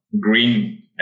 green